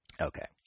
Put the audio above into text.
Okay